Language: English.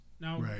Now